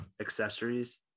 accessories